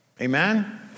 Amen